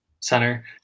center